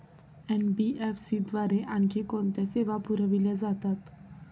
NBFC द्वारे आणखी कोणत्या सेवा पुरविल्या जातात?